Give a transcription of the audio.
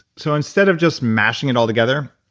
so instead of just mashing it all together,